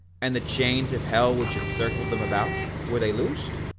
and the chains of hell which encircled them about, were they loosed?